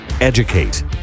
Educate